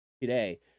today